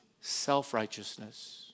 Self-righteousness